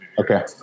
Okay